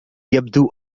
يبدو